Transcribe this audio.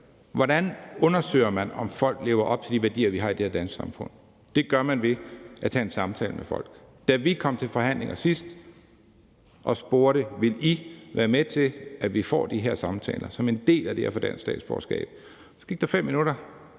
Hvordan undersøger man, om folk lever op til de værdier, vi har i det danske samfund? Det gør man ved at tage en samtale med folk. Da vi kom til forhandlinger sidst og spurgte, om Dansk Folkeparti ville være med til, at vi fik de her samtaler som en del af det at få dansk statsborgerskab, så gik der fem minutter,